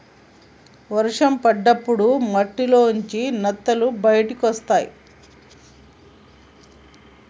వర్షం పడ్డప్పుడు మట్టిలోంచి నత్తలు బయటకొస్తయ్